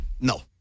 No